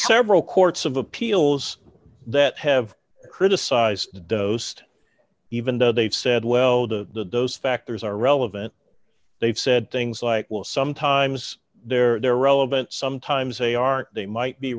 several courts of appeals that have criticized dozhd even though they've said well the those factors are relevant they've said things like will sometimes they're relevant sometimes they are they might be